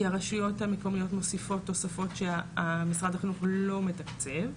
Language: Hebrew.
כי הרשויות המקומיות מוסיפות תוספות שמשרד החינוך לא מתקצב,